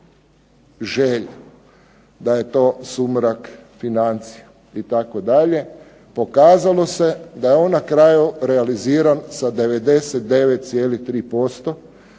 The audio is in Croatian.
želja, da je to sumrak financija itd. Pokazalo se da je on na kraju realiziran sa 99,3%,